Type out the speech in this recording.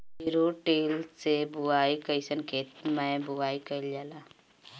Zero till से बुआई कयिसन खेते मै बुआई कयिल जाला?